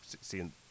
seeing